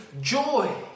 joy